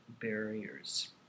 barriers